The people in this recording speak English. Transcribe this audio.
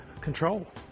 Control